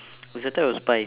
it's a type of spice